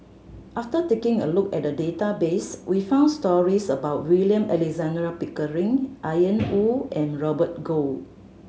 after taking a look at the database we found stories about William Alexander Pickering Ian Woo and Robert Goh